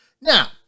Now